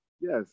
Yes